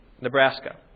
Nebraska